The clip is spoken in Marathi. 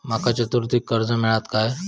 माका चतुर्थीक कर्ज मेळात काय?